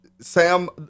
sam